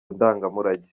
ndangamurage